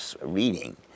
reading